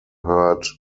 heard